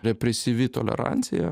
represyvi tolerancija